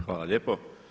Hvala lijepo.